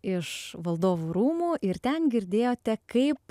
iš valdovų rūmų ir ten girdėjote kaip